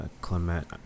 Clement